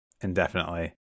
indefinitely